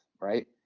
right